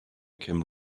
came